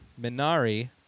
Minari